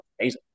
amazing